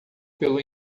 pelo